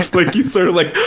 like you sort of like,